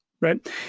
right